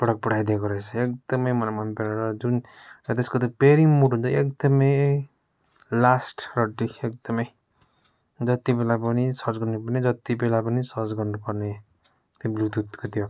product पठाइएको रहेछ एकदमै मलाई मनपरेन जुन त्यसको त पेयरिङ मोड एकदमै लास्ट रड्डी एकदमै जत्तिबेला पनि सर्च गर्नुपर्ने जत्तिबेला पनि सर्च गर्नुपर्ने त्यो ब्लुतुथको त्यो